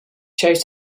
chose